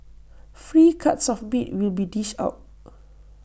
free cuts of meat will be dished out